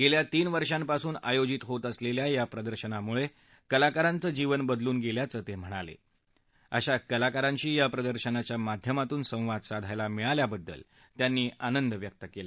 गखा तीन वर्षांपासून आयोजित होत असलस्खा या प्रदर्शनामुळ कलाकारांच जीवन बदलून गस्खाचं त मेहणाल अशा कलाकारांशी या प्रदर्शनाच्या माध्यमातून संवाद साधायला मिळाल्याबद्दल त्यांनी आनंद व्यक्त कला